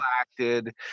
acted